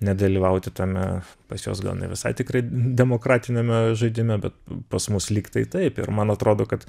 nedalyvauti tame pas juos gal ne visai tikrai demokratiniame žaidime bet pas mus lyg tai taip ir man atrodo kad